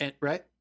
Right